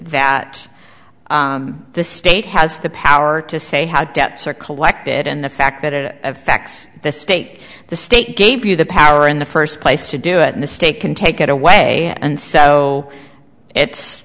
that the state has the power to say how debts are collected and the fact that it affects the state the state gave you the power in the first place to do it and the state can take it away and so it's